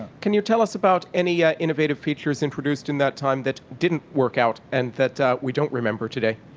can you tell us about any ah innovative features introduced in that time that didn't work out and that we don't remember today?